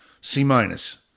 C-minus